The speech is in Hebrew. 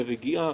ברגיעה,